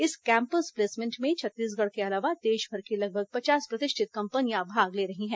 इस campus placement में छत्तीसगढ़ के अलावा देशभर की लगभग पचास प्रतिष्ठित कंपनियां भाग ले रही हैं